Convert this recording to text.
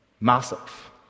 Massive